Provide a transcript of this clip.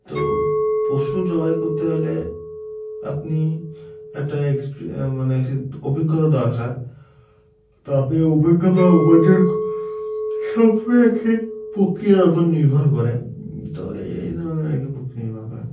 তো পশু জবাই করতে হলে আপনি একটা এক্সপিরি মানে একটি অভিজ্ঞতা দরকার তো আপনি অভিজ্ঞতা উপার্জন সবই আর কি প্রক্রিয়ার উপর নির্ভর করে তো এই ধরনের আর কি প্রক্রিয়া নির্ভর করে